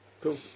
cool